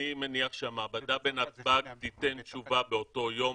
אני מניח שהמעבדה בנתב"ג תיתן תשובה באותו יום.